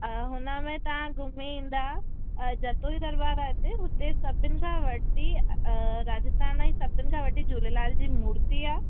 अ हुनमें तव्हां घुमी ईंदा जयपुर दरबार आहे हिते उनमें सभिनि खां वॾी राजस्थान ई सभिनि खां वॾी झूलेलाल जी मूर्ति आहे